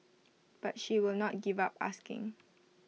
but she will not give up asking